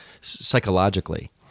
psychologically